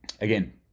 Again